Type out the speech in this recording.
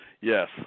Yes